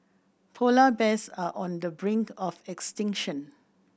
polar bears are on the brink of extinction